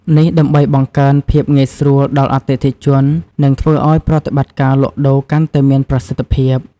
នេះដើម្បីបង្កើនភាពងាយស្រួលដល់អតិថិជន និងធ្វើឱ្យប្រតិបត្តិការលក់ដូរកាន់តែមានប្រសិទ្ធភាព។